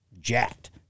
jacked